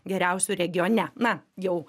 geriausių regione na jau